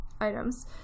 items